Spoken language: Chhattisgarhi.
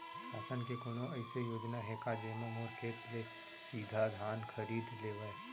शासन के कोनो अइसे योजना हे का, जेमा मोर खेत ले सीधा धान खरीद लेवय?